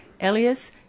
Elias